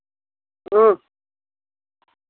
अं